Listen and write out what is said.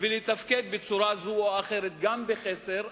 ולתפקד בצורה זו או אחרת גם בחסר,